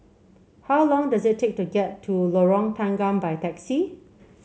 how long does it take to get to Lorong Tanggam by taxi